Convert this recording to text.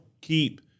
keep